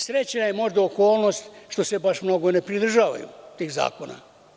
Sreća je možda okolnost što se baš mnogo ne pridržavaju tih zakona.